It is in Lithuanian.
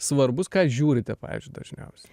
svarbus ką žiūrite pavyzdžiui dažniausiai